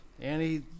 Annie